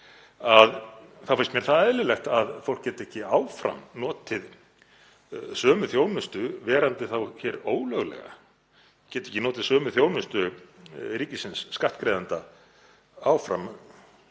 þá finnst mér eðlilegt að fólk geti ekki áfram notið sömu þjónustu verandi hér ólöglega, geti ekki notið sömu þjónustu ríkisins, skattgreiðenda, áfram.